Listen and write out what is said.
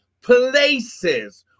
places